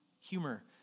humor